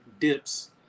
dips